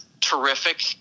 terrific